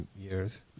years